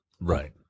Right